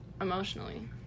emotionally